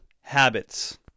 habits